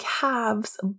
calves